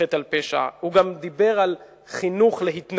חטא על פשע: הוא גם דיבר על חינוך להתנגדות,